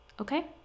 okay